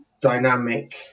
dynamic